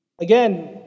Again